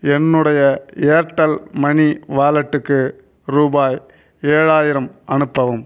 என்னுடைய Airtel money வாலெட்டுக்கு ரூபாய் ஏழாயிரம் அனுப்பவும்